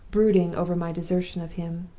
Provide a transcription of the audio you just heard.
brooding over my desertion of him.